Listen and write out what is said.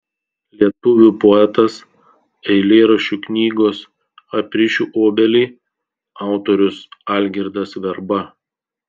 lietuvių poetas eilėraščių knygos aprišiu obelį autorius algirdas verba